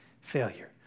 failure